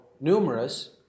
numerous